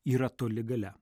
yra toli gale